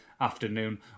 afternoon